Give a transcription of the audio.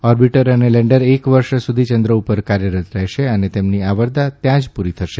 orbiter અને lander એક વર્ષ સુધી ચંદ્ર ઉપર કાર્યરત રહેશે અને તેમની આવરદા ત્યાં જ પૂરી થશે